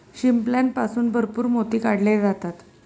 शिंपल्यापासून भरपूर मोती काढले जातात